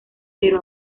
pero